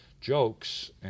jokes